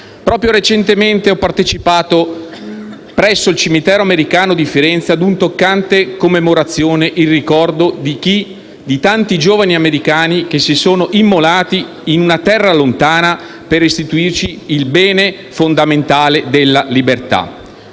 Proprio recentemente ho partecipato, presso il cimitero americano di Firenze, a una toccante commemorazione in ricordo di tanti giovani americani che si sono immolati in una terra lontana per restituirci il bene fondamentale della libertà.